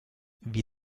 wie